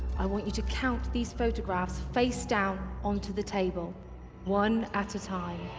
i want you to count these photographs face down onto the table one at a time